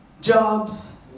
jobs